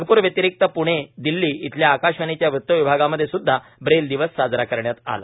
नागपूर व्यंतिरिक्त पूणे दिल्ली इथल्या आकाशवाणीच्या वृत्तविभागामध्ये सुद्धा ब्रेल दिवस साजरा करण्यात आला